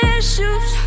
issues